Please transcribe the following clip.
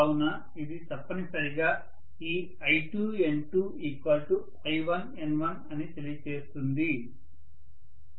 కావున ఇది తప్పనిసరిగా ఈ I2N2I1N1 అని తెలియజేస్తుంది